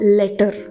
letter